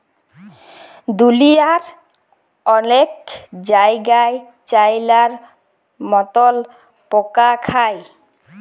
দুঁলিয়ার অলেক জায়গাই চাইলার মতল পকা খায়